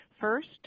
First